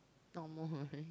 normal